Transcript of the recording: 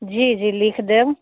जी जी लिख देब